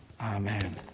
Amen